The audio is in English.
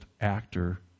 actor